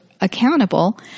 accountable